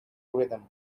rhythm